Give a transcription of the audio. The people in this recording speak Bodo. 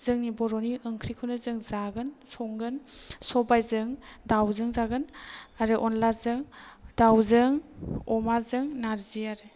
जोंनि बर'नि ओंख्रिखौनो जों जागोन संगोन सबाइजों दावजों जागोन आरो अनलाजों दावजों अमाजों नारजि आरो